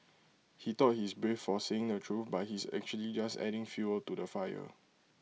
he thought he is brave for saying the truth but he is actually just adding fuel to the fire